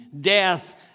death